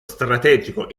strategico